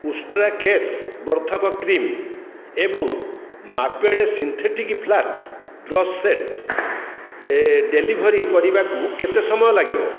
ଉଷ୍ଟ୍ରା କେଶ ବର୍ଦ୍ଧକ କ୍ରିମ୍ ଏବଂ mapped synthetic flat brush set delivery କରିବାକୁ କେତେ ସମୟ ଲାଗିବ